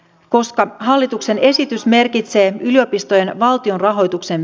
koska hallituksen esitys merkitsee yliopistojen valtionrahoituksen